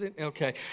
Okay